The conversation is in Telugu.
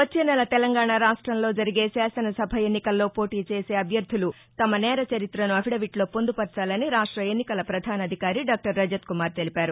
వచ్చే నెల తెలంగాణ రాష్ట్రంలో జరిగే శాసనసభ ఎన్నికల్లో పోటీ చేసే అభ్యర్థులు తమ నేరచరిత్రను అఫిడవిట్లో పొందుపర్చాలని రాష్ట్ర ఎన్నికల పధాన అధికారి డాక్టర్ రజత్ కుమార్ తెలిపారు